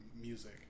music